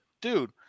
dude